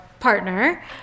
partner